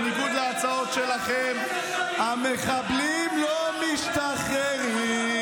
בניגוד להצעות שלכם, המחבלים לא משתחררים.